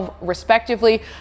respectively